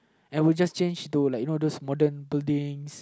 and we just change to like you know those modern buildings